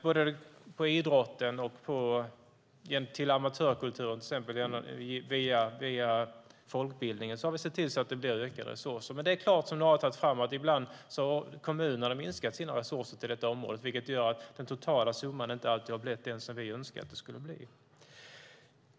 Vi har sett till att det blir riktiga resurser både till idrotten och till amatörkulturen via folkbildningen. Men, som några har lyft fram, ibland minskar kommunerna sina resurser till detta område, vilket gör att den totala summan inte alltid har blivit den som vi hade önskat.